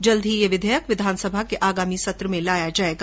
जल्द ही यह विधेयक विधानसभा के आगामी सत्र में लाया जायेगा